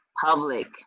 public